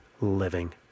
living